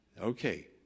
Okay